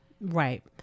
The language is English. right